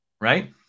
Right